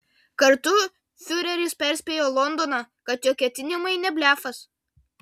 kartu fiureris perspėjo londoną kad jo ketinimai ne blefas